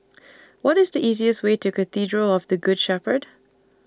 What IS The easiest Way to Cathedral of The Good Shepherd